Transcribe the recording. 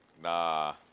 Nah